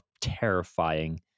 terrifying